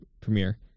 premiere